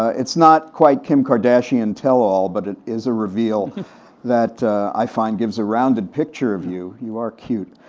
it's not quite kim kardashian tell-all, but it is a reveal that i find gives a rounded picture of you, you are cute.